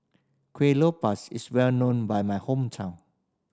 kuih is well known by my hometown